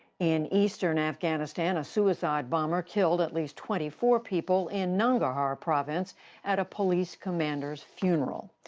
in eastern afghanistan, a suicide bomber killed at least twenty four people in nangarhar province at a police commander's funeral.